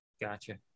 Gotcha